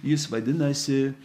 jis vadinasi